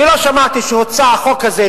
אני לא שמעתי שהוצע החוק הזה,